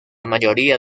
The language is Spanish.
mayoría